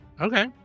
Okay